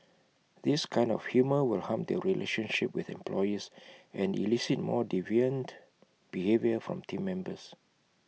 this kind of humour will harm their relationship with employees and elicit more deviant behaviour from Team Members